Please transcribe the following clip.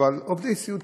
אבל עובדי סיעוד,